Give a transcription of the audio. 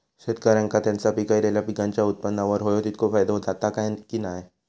शेतकऱ्यांका त्यांचा पिकयलेल्या पीकांच्या उत्पन्नार होयो तितको फायदो जाता काय की नाय?